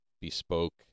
bespoke